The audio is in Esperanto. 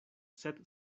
sed